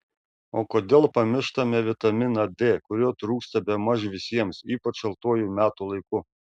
o kodėl pamištame vitaminą d kurio trūksta bemaž visiems ypač šaltuoju metų laiku